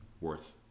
worth